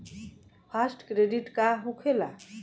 Fast credit का होखेला?